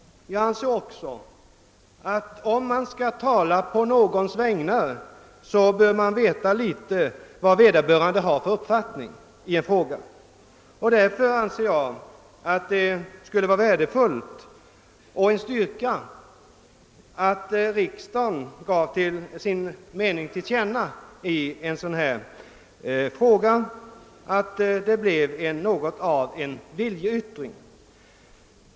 Jag anser emellertid alt man, om man skall tala å någons vägnar i en fråga, också bör veta litet om vad vederbörande har för uppfattning, och därför tycker jag det skulle vara värdefullt och en styrka om riksdagen gav sin mening till känna, så att det blev något av en viljeyttring.